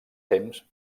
temps